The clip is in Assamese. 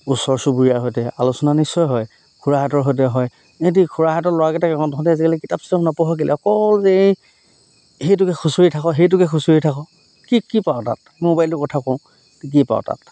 ওচৰ চুবুৰীয়াৰ সৈতে আলোচনা নিশ্চয় হয় খুৰাহঁতৰ সৈতে হয় সিহঁতি খুৰাহঁতৰ ল'ৰাকেইটাকে কওঁ তহঁতি আজিকালি কিতাপ চিতাপ নপঢ়' কেলে অকল যে এই সেইটোকে খুঁচৰি থাক' সেইটোকে খুচৰি থাক' কি কি পাৱ' তাত মোবাইলটোৰ কথা কওঁ কি পাৱ' তাত